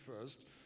first